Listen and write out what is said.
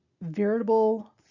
veritable